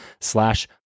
slash